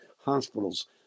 hospitals